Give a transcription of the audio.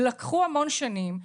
לקחו המון שנים.